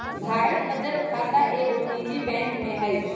हमर बचत खता एगो निजी बैंक में हइ